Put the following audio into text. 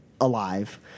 alive